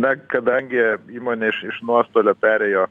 na kadangi įmonė iš iš nuostolio perėjo